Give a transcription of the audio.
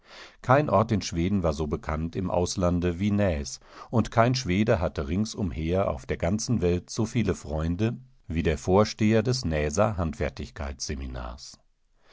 kein ort in schweden war so bekannt im auslande wie nääs und kein schwede hatte ringsumher auf der ganzen welt so viele freunde wie der vorsteherdesnääserhandfertigkeitsseminars diekleine